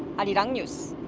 arirang news.